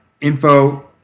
info